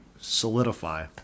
solidify